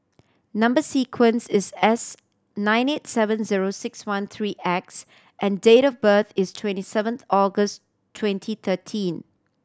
number sequence is S nine eight seven zero six one three X and date of birth is twenty seven August twenty thirteen